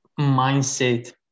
mindset